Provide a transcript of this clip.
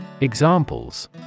Examples